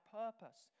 purpose